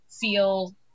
feel